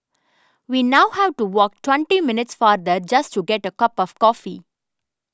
we now have to walk twenty minutes farther just to get a cup of coffee